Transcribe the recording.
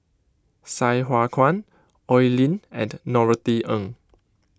Sai Hua Kuan Oi Lin and Norothy Ng